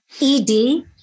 ED